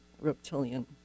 reptilian